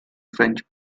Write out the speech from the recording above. french